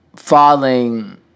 falling